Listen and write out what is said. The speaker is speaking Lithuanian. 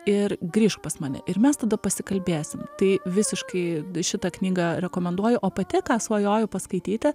ir grįžk pas mane ir mes tada pasikalbėsim tai visiškai šitą knygą rekomenduoju o pati ką svajoju paskaityti